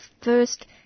first